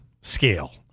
scale